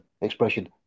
expression